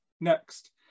next